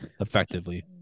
Effectively